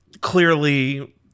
clearly